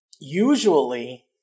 usually